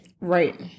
Right